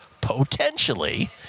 potentially